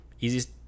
Easiest